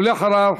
ואחריו,